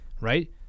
Right